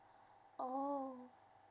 oh